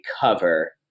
cover